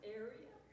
area